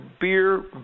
beer